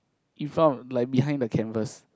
in front of like behind the canvas